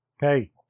Hey